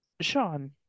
Sean